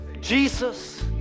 jesus